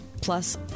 Plus